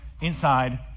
inside